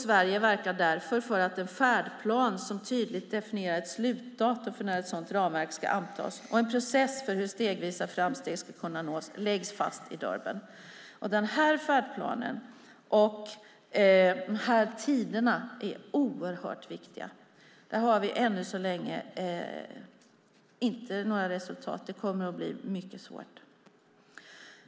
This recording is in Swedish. Sverige verkar därför för att en färdplan som tydligt definierar ett slutdatum för när ett sådant ramverk ska antas och en process för hur stegvisa framsteg ska kunna nås läggs fast i Durban. Den färdplanen och de tiderna är oerhört viktiga. Där har vi ännu så länge inte några resultat. Det kommer att bli mycket svårt.